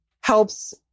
helps